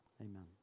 amen